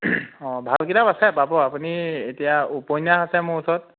অ' ভাল কিতাপ আছে পাব আপুনি এতিয়া উপন্যাস আছে মোৰ ওচৰত